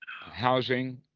housing